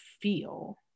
feel